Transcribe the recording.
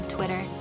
Twitter